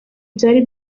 byari